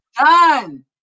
done